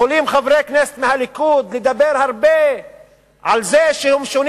יכולים חברי כנסת מהליכוד לדבר הרבה על זה שהם שונים